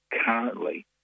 currently